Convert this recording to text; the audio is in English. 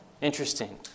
Interesting